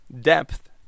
depth